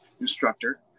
instructor